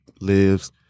lives